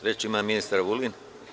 Reč ima ministar Vulin.